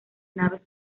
naves